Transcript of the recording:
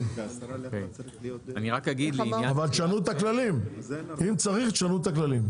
כן, אבל תשנו את הכללים, אם צריך תשנו את הכללים.